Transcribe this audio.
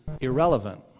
irrelevant